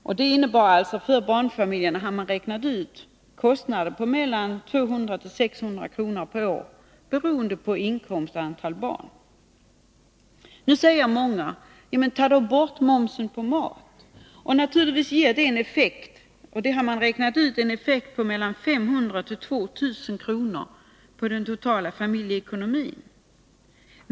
Det finns uträkningar som visar att för barnfamiljer betydde det kostnader på 200-600 kr. per år, beroende på Nu säger många: Ta då bort momsen på mat! Naturligtvis ger det en effekt — och enligt uträkningar som gjorts gör det 500-2 000 kr. på den totala familjeekonomin.